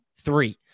three